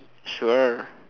sure